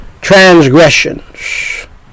Transgressions